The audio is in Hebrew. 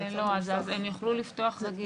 לא, אז הם יוכלו לפתוח רגיל.